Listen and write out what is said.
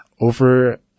Over